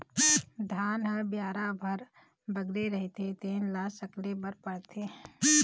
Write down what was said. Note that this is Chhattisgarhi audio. धान ह बियारा भर बगरे रहिथे तेन ल सकेले बर परथे